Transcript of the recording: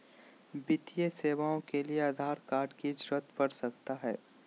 वित्तीय सेवाओं के लिए आधार कार्ड की जरूरत पड़ सकता है?